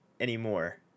anymore